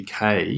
UK